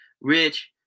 rich